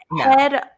head